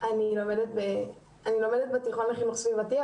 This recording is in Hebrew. אני לומדת בתיכון לחינוך סביבתי,